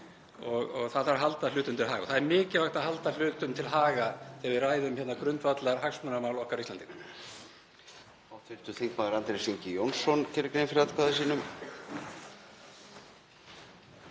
Það þarf að halda hlutum til haga og það er mikilvægt að halda hlutum til haga þegar við ræðum hérna grundvallarhagsmunamál okkar Íslendinga.